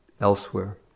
elsewhere